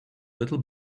little